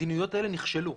המדיניויות האלה נכשלו.